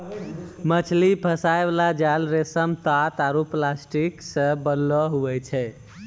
मछली फसाय बाला जाल रेशम, तात आरु प्लास्टिक से बनैलो हुवै छै